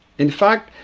in fact,